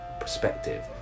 perspective